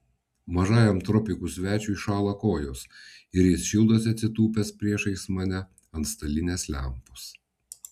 mažajam tropikų svečiui šąla kojos ir jis šildosi atsitūpęs priešais mane ant stalinės lempos